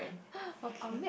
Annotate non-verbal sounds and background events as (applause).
(laughs) okay